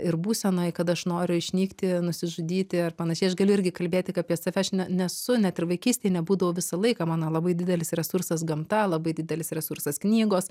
ir būsenoj kad aš noriu išnykti nusižudyti ar panašiai aš galiu irgi kalbėt tik apie save aš ne nesu net ir vaikystėje nebūdavo visą laiką mano labai didelis resursas gamta labai didelis resursas knygos